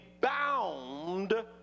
bound